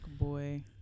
boy